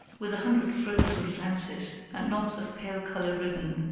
with a hundred frills and flounces, and knots of pale-colored ribbon.